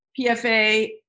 PFA